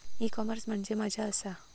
E commerce म्हणजे मझ्या आसा?